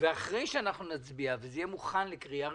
אחרי שנצביע וזה יהיה מוכן לקריאה ראשונה,